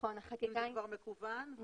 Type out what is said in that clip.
אם זה כבר מקוון.